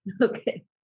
Okay